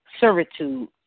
servitude